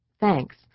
Thanks